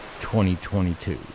2022